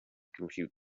compute